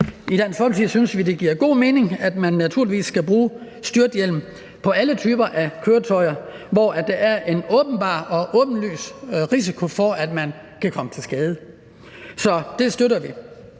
I Dansk Folkeparti synes vi, det giver god mening, at man naturligvis skal bruge styrthjelm på alle typer af køretøjer, hvor der er en åbenbar og åbenlys risiko for, at man kan komme til skade. Så det støtter vi.